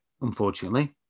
unfortunately